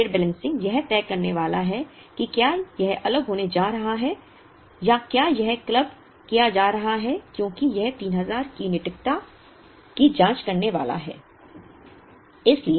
part period balancing यह तय करने वाला है कि क्या यह अलग होने जा रहा है या क्या यह क्लब किया जा रहा है क्योंकि यह 3000 की निकटता की जाँच करने वाला है